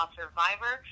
survivor